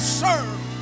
serve